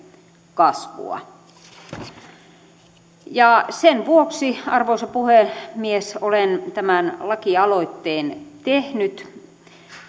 kasvua sen vuoksi arvoisa puhemies olen tämän lakialoitteen tehnyt